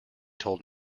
told